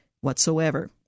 whatsoever